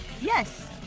Yes